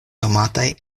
nomataj